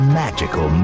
magical